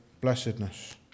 blessedness